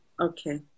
Okay